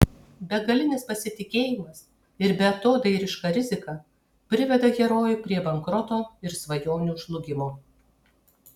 begalinis pasitikėjimas ir beatodairiška rizika priveda herojų prie bankroto ir svajonių žlugimo